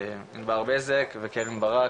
ענבר בזק וקרן ברק,